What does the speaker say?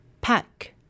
pack